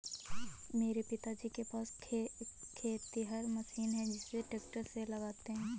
मेरे पिताजी के पास खेतिहर मशीन है इसे ट्रैक्टर में लगाते है